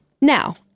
Now